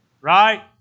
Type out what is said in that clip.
Right